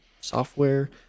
software